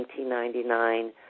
1999